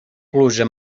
pluja